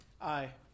Aye